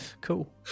cool